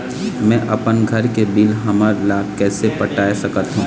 मैं अपन घर के बिल हमन ला कैसे पटाए सकत हो?